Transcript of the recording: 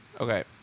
Okay